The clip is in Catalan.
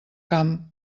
camp